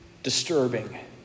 disturbing